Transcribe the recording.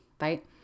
right